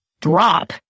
drop